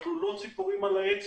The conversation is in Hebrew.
אנחנו לא ציפורים על העץ.